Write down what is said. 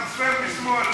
טרנספר משמאל,